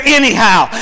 anyhow